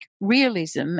realism